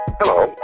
Hello